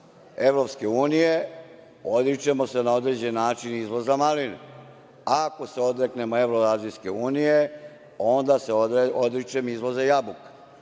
odreknemo EU, odričemo se na određeni način izvoza maline, a ako se odreknemo Evroazijske unije onda se odričemo izvoza jabuka.